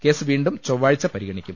case വീണ്ടും ചൊവ്വാഴ്ച പരി ഗണിക്കും